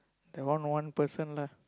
that one one person lah